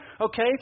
okay